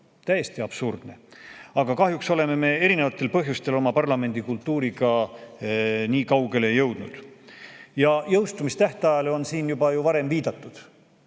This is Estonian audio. Täiesti absurdne! Aga kahjuks oleme me erinevatel põhjustel oma parlamendikultuuriga nii kaugele jõudnud. Jõustumistähtajale on siin juba varem viidatud.